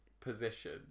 position